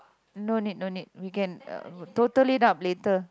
no need no need we can uh total it up later